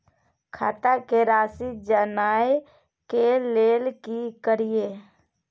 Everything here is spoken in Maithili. खाता के राशि जानय के लेल की करिए?